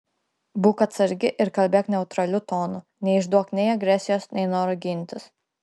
būk atsargi ir kalbėk neutraliu tonu neišduok nei agresijos nei noro gintis